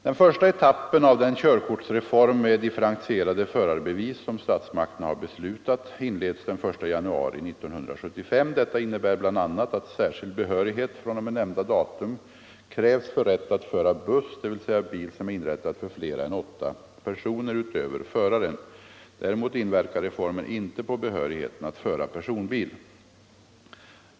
; Den första etappen av den körkortsreform med differentierade förarbevis som statsmakterna har beslutat inleds den 1 januari 1975. Detta innebär bl.a. att särskild behörighet fr.o.m. nämnda datum krävs för rätt att föra buss, dvs. bil som är inrättad för flera än åtta personer utöver föraren. Däremot inverkar reformen inte på behörigheten att föra personbil.